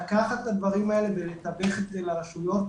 לקחת את הדברים האלה ולתווך את זה לרשויות,